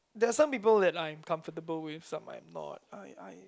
there are some people that I'm comfortable with some I'm not I I